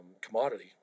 commodity